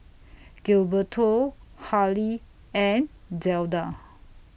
Gilberto Hali and Zelda